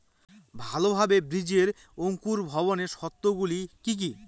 ভালোভাবে বীজের অঙ্কুর ভবনের শর্ত গুলি কি কি?